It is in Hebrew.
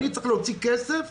אני צריך להוציא כסף